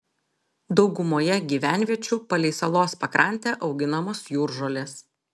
daugumoje gyvenviečių palei salos pakrantę auginamos jūržolės